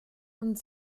und